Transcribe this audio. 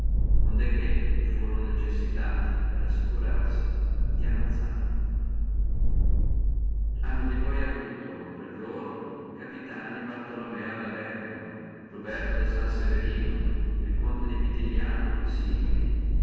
onde che furono necessitati per assicurarsene ammazzarlo hanno di poi avuto per loro capitani bartolomeo da bergamo ruberto da san severino conte di pitigliano e simili